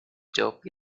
dope